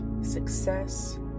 success